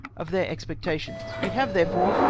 of their expectations. we have, therefore,